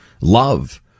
Love